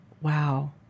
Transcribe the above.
wow